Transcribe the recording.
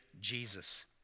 Jesus